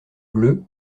bleues